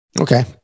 Okay